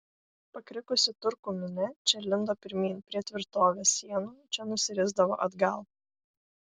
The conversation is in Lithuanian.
pakrikusi turkų minia čia lindo pirmyn prie tvirtovės sienų čia nusirisdavo atgal